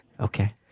Okay